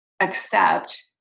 accept